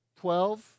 twelve